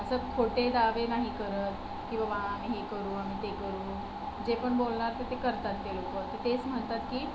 असं खोटे दावे नाही करत की बाबा हे करू आम्ही ते करू जे पण बोलणार तर ते करतात ते लोकं तर तेच म्हणतात की